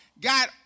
God